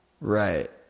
Right